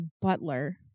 butler